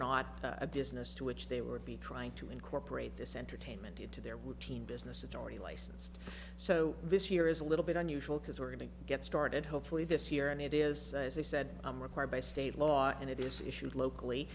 a business to which they were be trying to incorporate this entertainment into their routine business it's already licensed so this year is a little bit unusual because we're going to get started hopefully this year and it is as they said i'm required by state law and it is issued locally